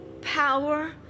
power